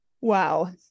Wow